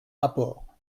rapport